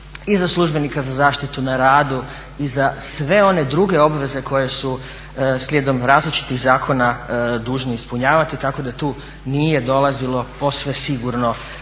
i za službenika za zaštitu na radu i za sve one druge obveze koje su slijedom različitih zakona dužni ispunjavati. Tako da tu nije dolazilo posve sigurno